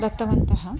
दत्तवन्तः